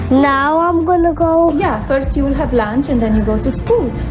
now i'm gonna go? yeah, first you will have lunch and then you go to school.